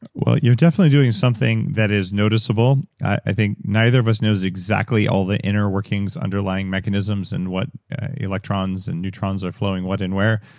well, you're definitely doing something that is noticeable. i think neither of us knows exactly all the inner workings, underlying mechanisms, and what electrons and neutrons are flowing what and where,